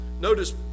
Notice